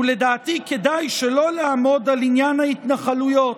ולדעתי כדאי שלא לעמוד על עניין ההתנחלויות,